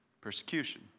persecution